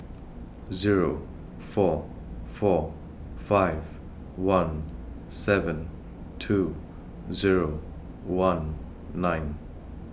Zero four four five one seven two Zero one nine